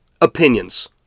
opinions